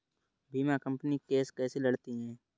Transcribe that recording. बीमा company case कैसे लड़ती है?